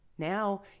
Now